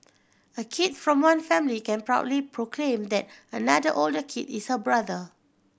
a kid from one family can proudly proclaim that another older kid is her brother